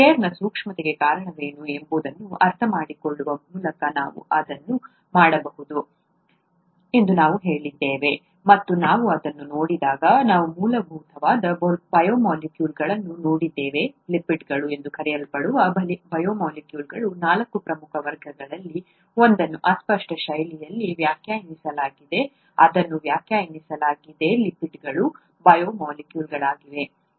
ಷೇರ್ನ ಸೂಕ್ಷ್ಮತೆಗೆ ಕಾರಣವೇನು ಎಂಬುದನ್ನು ಅರ್ಥಮಾಡಿಕೊಳ್ಳುವ ಮೂಲಕ ನಾವು ಅದನ್ನು ಮಾಡಬಹುದು ಎಂದು ನಾವು ಹೇಳಿದ್ದೇವೆ ಮತ್ತು ನಾವು ಅದನ್ನು ನೋಡಿದಾಗ ನಾವು ಮೂಲಭೂತ ಬಯೋಮಾಲಿಕ್ಯೂಲ್ಗಳನ್ನು ನೋಡಿದ್ದೇವೆ ಲಿಪಿಡ್ಗಳು ಎಂದು ಕರೆಯಲ್ಪಡುವ ಬಯೋಮಾಲಿಕ್ಯೂಲ್ಗಳ ನಾಲ್ಕು ಪ್ರಮುಖ ವರ್ಗಗಳಲ್ಲಿ ಒಂದನ್ನು ಅಸ್ಪಷ್ಟ ಶೈಲಿಯಲ್ಲಿ ವ್ಯಾಖ್ಯಾನಿಸಲಾಗಿದೆ ಅದನ್ನು ವ್ಯಾಖ್ಯಾನಿಸಲಾಗಿದೆ ಲಿಪಿಡ್ಗಳು ಬಯೋಮಾಲಿಕ್ಯೂಲ್ಗಳಾಗಿವೆ